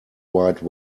wide